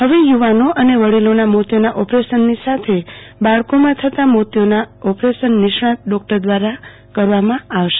હવે યુ વાનો અને વડીલોના મોતિયાના ઓપરેશનની સાથે બાળકોમાં થતાં મોતિયાના ઓપરેશન નિષ્ણાંત ડોક્ટરો દ્રારા કરવામાં આવશે